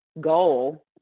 goal